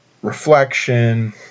Reflection